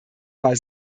war